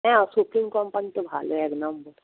হ্যাঁ supreme company তো ভালো এক নম্বর